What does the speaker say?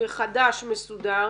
מחדש מסודר